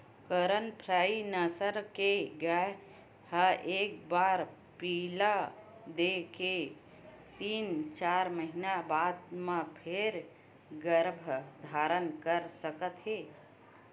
करन फ्राइ नसल के गाय ह एक बार पिला दे के तीन, चार महिना बाद म फेर गरभ धारन कर सकत हे